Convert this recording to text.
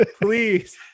please